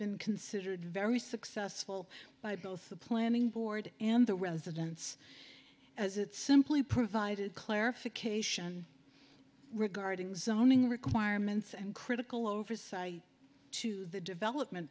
been considered very successful by both the planning board and the residence as it simply provided clarification regarding zoning requirements and critical oversight to the development